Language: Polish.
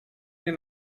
nie